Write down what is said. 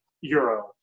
euro